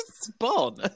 Spawn